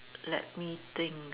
let me think